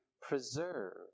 preserve